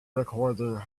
recording